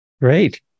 Great